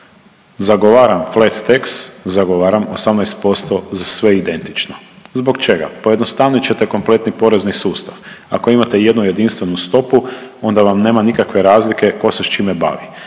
Zagovaram flat tax, zagovaram 18% za sve identično. Zbog čega? Pojednostavit ćete kompletni porezni sustav. Ako imate jednu jedinstvenu stopu, onda vam nema nikakve razlike tko se s čime bavi